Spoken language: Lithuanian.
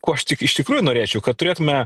ko aš tik iš tikrųjų norėčiau kad turėtume